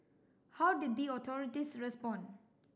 how did the authorities respond